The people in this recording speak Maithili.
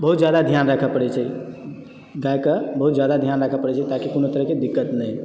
बहुत जादा ध्यान राखय पड़ैत छै गायके बहुत जादा ध्यान राखय पड़ैत छै ताकि कोनो तरहकेँ दिक्कत नहि हो